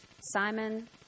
Simon